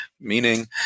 meaning